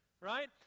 Right